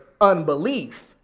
unbelief